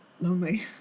Lonely